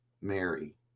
Mary